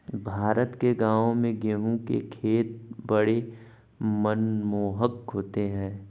भारत के गांवों में गेहूं के खेत बड़े मनमोहक होते हैं